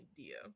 idea